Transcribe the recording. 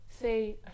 say